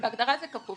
בהגדרה זה כפוף,